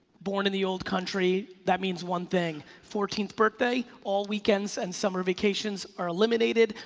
born in the old country, that means one thing, fourteenth birthday, all weekends and summer vacations are eliminated.